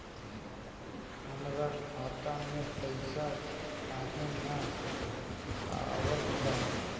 हमरा खाता में पइसा काहे ना आवत बा?